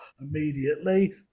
immediately